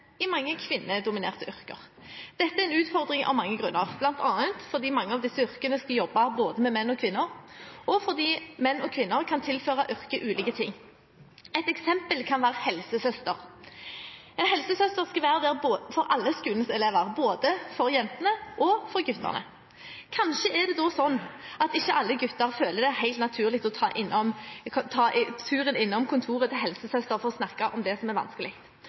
i mange kvinnedominerte yrker. Dette er en utfordring av mange grunner, bl.a. fordi mange av disse yrkene skal jobbe med både menn og kvinner, og fordi menn og kvinner kan tilføre yrket ulike ting. Ett eksempel kan være helsesøster. En helsesøster skal være der for alle skolens elever, både for jentene og for guttene. Kanskje er det da slik at ikke alle gutter føler det helt naturlig å ta turen innom kontoret til helsesøster for å snakke om det som er vanskelig.